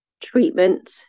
treatment